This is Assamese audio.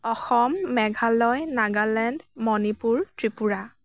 অসম মেঘালয় নাগালেণ্ড মণিপুৰ ত্ৰিপুৰা